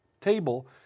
table